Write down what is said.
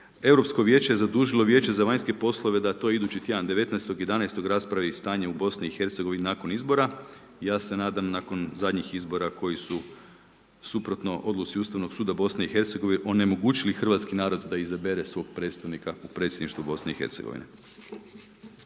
Europsko vijeće je zadužilo Vijeće vanjske poslove da to idući tjedan 19.11. raspravi i stanje u BiH nakon izbora, ja se nadam nakon zadnjih izbora koji su suprotno odluci Ustavnog suda BiH onemogućili hrvatski narod da izabere svog predstavnika u Predsjedništvu BiH.